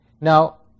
Now